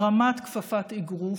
הרמת כפפת אגרוף,